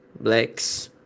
blacks